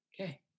okay